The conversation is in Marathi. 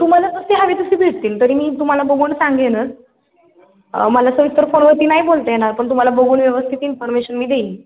तुम्हाला जसे हवे तसे भेटतील तरी मी तुम्हाला बघून सांगेनच मला सविस्तर फोनवरती नाही बोलता येणार पण तुम्हाला बघून व्यवस्थित इन्फॉर्मेशन मी देईन